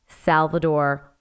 Salvador